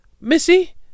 missy